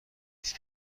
است